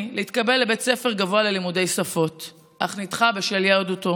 להתקבל לבית ספר גבוה ללימודי שפות אך נדחה בשל יהדותו.